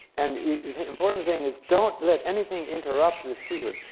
and the important thing is don't let anything interrupt the sequence.